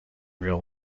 real